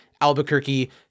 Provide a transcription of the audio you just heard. Albuquerque